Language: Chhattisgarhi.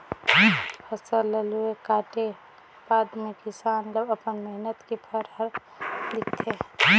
फसल ल लूए काटे बादे मे किसान ल अपन मेहनत के फर हर दिखथे